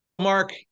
Mark